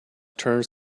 turns